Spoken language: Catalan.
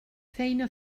feina